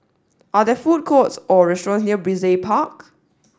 are there food courts or restaurants near Brizay Park